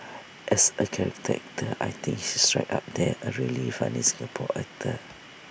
as A character actor I think he's right up there A really funny Singapore actor